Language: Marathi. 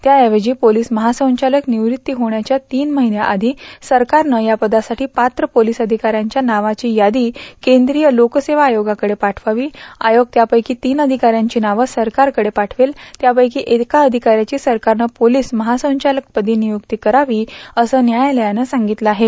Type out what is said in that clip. त्याऐवजी पोलीस महासंचालक निवृत्ती होण्याच्या तीन महिन्या आषी सरकारनं या पदासाठी पात्र पेलीस अधिकाऱ्यांच्या नावांची यादी केंद्रीय लोकसेवा आयोगाकडे पाठवावी आयोग त्यापैकी तीन अधिकाऱ्यांची नावं सरकारकडे पाठवेल त्यापैकी एका अधिकाऱ्याची सरकारनं पोलीस महासंचालकपरी नियुक्ती करावी असं न्यायालयानं सांगितलं आहे